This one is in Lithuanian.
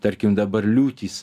tarkim dabar liūtys